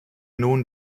nun